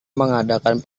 mengadakan